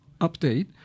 update